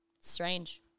Strange